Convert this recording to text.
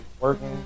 working